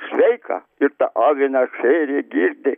sveiką ir tą aviną šėrė girdė